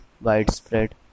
Widespread